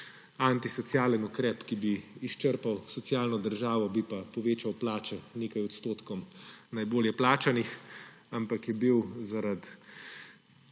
antisocialen ukrep, ki bi izčrpal socialno državo, bi pa povečal plače nekaj odstotkom najbolje plačanih. Ampak je bil zaradi